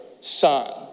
son